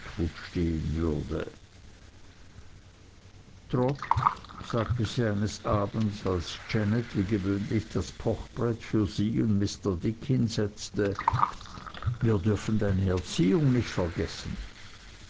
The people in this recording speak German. stehen würde trot sagte sie eines abends als janet wie gewöhnlich das pochbrett für sie und mr dick hinsetzte wir dürfen deine erziehung nicht vergessen